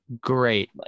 Great